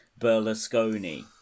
Berlusconi